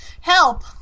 Help